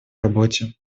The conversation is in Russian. работе